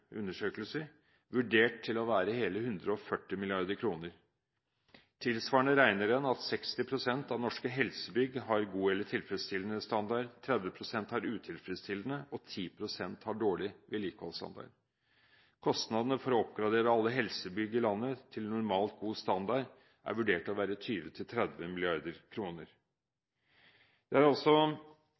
vurdert til å være hele 140 mrd. kr. Tilsvarende regner en at 60 pst. av norske helsebygg har god eller tilfredsstillende vedlikeholdsstandard, 30 pst. har utilfredsstillende og 10 pst. har dårlig standard. Kostnadene for å oppgradere alle helsebygg i landet til normalt god standard er vurdert til å være 20–30 mrd. kr. Det er